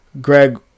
Greg